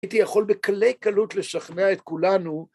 הייתי יכול בקלי קלות לשכנע את כולנו.